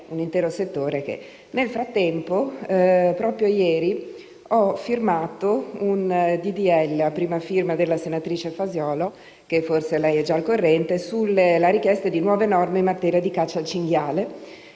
un intero settore. Nel frattempo, proprio ieri, ho sottoscritto un disegno di legge a prima firma della senatrice Fasiolo (forse ne è già al corrente) sulla richiesta di nuove norme in materia di caccia al cinghiale